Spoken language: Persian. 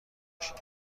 نشیم